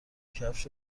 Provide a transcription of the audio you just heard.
کفش